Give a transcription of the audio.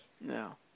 No